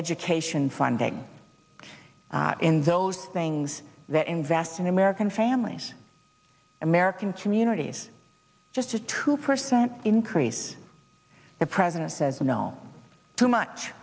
education funding in those things that invest in american families american communities just a two percent increase the president says no to m